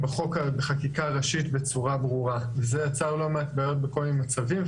בחקיקה ראשית בצורה ברורה וזה יצר לא מעט בעיות בכל מיני מצבים,